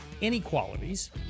inequalities